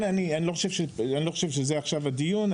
אני לא חושב שזה מטרת הדיון,